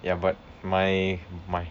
ya but my my